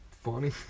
Funny